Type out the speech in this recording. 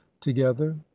together